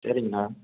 சரிங்கண்ணா